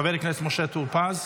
חבר הכנסת משה טור פז,